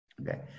Okay